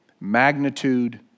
magnitude